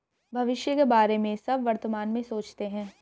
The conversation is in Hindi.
भविष्य के बारे में सब वर्तमान में सोचते हैं